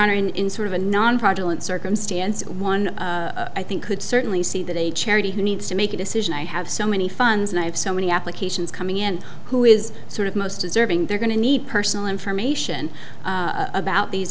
honor and in sort of a nonpartisan circumstance one i think could certainly see that a charity who needs to make a decision i have so many funds and i have so many applications coming in who is sort of most deserving they're going to need personal information about these